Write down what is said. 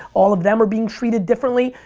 all of them are being treated differently.